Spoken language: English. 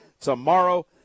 tomorrow